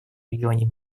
регионе